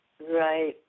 Right